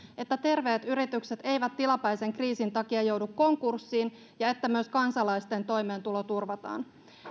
että terveet yritykset eivät tilapäisen kriisin takia joudu konkurssiin ja että myös kansalaisten toimeentulo turvataan